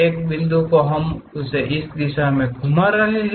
एक बिंदु को हम उस दिशा में घूमा रहे हैं